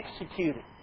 executed